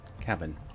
Cabin